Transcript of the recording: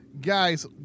guys